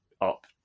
up